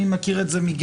אני מכיר את זה מגזר,